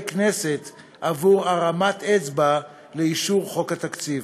כנסת עבור הרמת אצבע לאישור חוק התקציב,